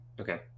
okay